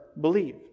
believe